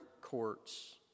courts